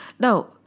Now